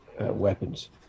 weapons